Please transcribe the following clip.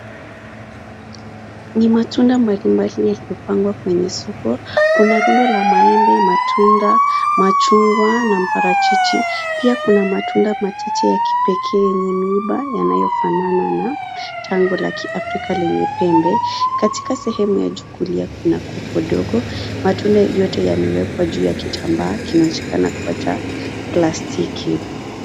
Ni matunda mbalimbali yaliyopangwa kwenye soko. Kuna rundo la maembe, matunda, machungwa na mparachichi. Pia kuna matunda machache ya kipekee yenye miiba yanayofanana na tango la kiarika lenye pembe. Katika sehemu ya juu kulia kuna kupo ndogo. Matunda yote yamewekwa juu ya kitambaa kinachoshikana kwa cha plastiki.